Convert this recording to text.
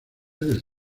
del